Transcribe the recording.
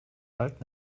bald